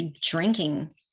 drinking